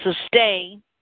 sustain